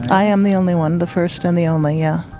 i am the only one, the first and the only, yeah.